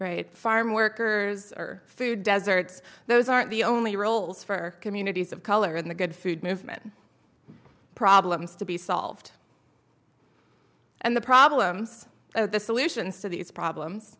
great farm workers or food deserts those aren't the only roles for communities of color in the good food movement problems to be solved and the problems of the solutions to these problems